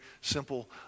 simple